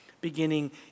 beginning